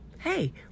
Hey